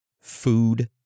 food